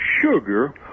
sugar